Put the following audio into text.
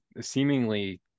seemingly